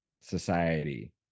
society